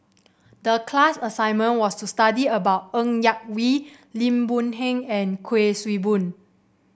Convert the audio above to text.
the class assignment was to study about Ng Yak Whee Lim Boon Heng and Kuik Swee Boon